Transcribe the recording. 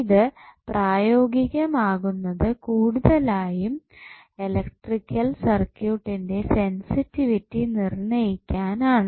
ഇത് പ്രായോഗികം ആകുന്നത് കൂടുതലായും ഇലക്ട്രിക്കൽ സർക്യൂട്ടിൻറെ സെൻസിറ്റിവിറ്റി നിർണയിക്കാൻ ആണ്